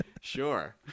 Sure